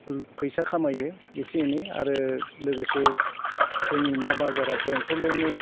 फैसा खामायो इसे इनै आरो लोगोसे जोंनि ना बाजारा बेंथलावनो